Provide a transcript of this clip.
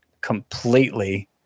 completely